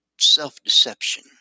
self-deception